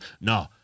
No